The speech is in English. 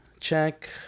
check